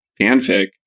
fanfic